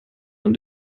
von